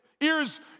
Ears